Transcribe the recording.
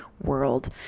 World